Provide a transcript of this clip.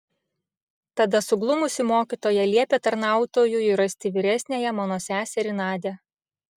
tada suglumusi mokytoja liepė tarnautojui rasti vyresniąją mano seserį nadią